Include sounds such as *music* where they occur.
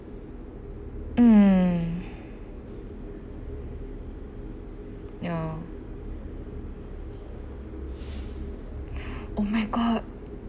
mm ya *breath* oh my god